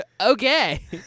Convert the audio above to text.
Okay